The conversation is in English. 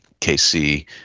KC